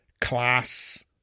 class